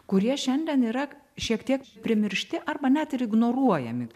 kurie šiandien yra šiek tiek primiršti arba net ir ignoruojami